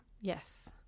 yes